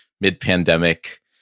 mid-pandemic